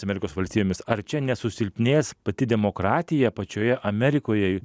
amerikos valstijomis ar čia nesusilpnės pati demokratija pačioje amerikoje